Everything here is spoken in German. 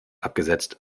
abgesetzt